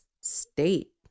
state